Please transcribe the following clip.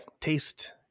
taste